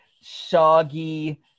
soggy